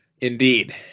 indeed